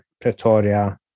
Pretoria